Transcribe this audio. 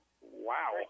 Wow